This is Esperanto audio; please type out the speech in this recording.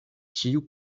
ĉiu